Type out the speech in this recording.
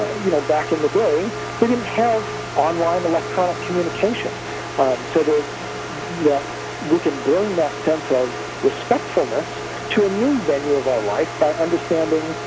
you know back in the day they didn't have online electronic communications um so they yet we can bring that sense of respectfulness to a new venue of our life by understanding,